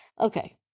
Okay